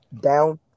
Down